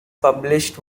published